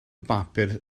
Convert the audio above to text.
bapur